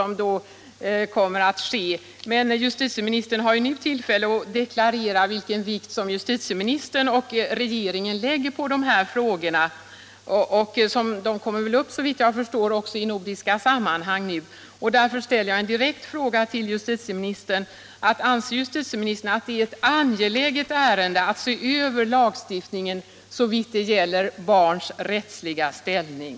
Men justitieministern har ju nu möjlighet att deklarera vilken vikt justitieministern och regeringen lägger vid dessa frågor. De kommer nu, såvitt jag förstår, också upp i nordiska sammanhang. Därför ställer jag en direkt fråga: Anser justitieministern att det är ett angeläget ärende att se över lagstiftningen i vad gäller barns rättsliga ställning?